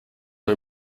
are